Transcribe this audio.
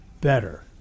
better